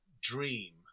dream